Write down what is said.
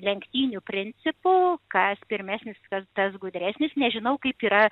lenktynių principu kas pirmesnis kas tas gudresnis nežinau kaip yra